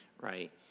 right